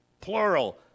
plural